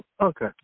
Okay